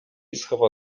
schował